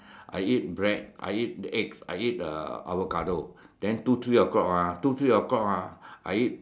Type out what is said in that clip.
I eat bread I eat eggs I eat uh avocado then two three o'clock ah two three o'clock ah I eat